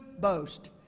boast